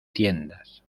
tiendas